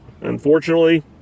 Unfortunately